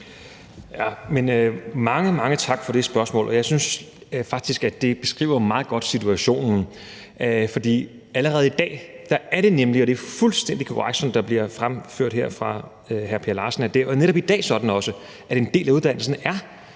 Mange, mange tak for det spørgsmål. Jeg synes faktisk, at det meget godt beskriver situationen. For allerede i dag er det nemlig sådan – og det er fuldstændig korrekt, som det bliver fremført her af hr. Per Larsen – at en del af uddannelsen